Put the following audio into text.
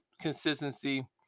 consistency